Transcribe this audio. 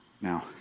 Now